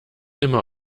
immer